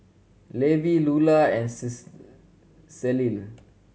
Levi Lulla and Celie